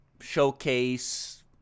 showcase